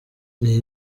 iyi